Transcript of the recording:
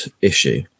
issue